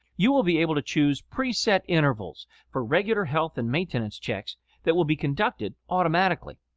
you will be able to choose pre-set intervals for regular health and maintenance checks that will be conducted automatically.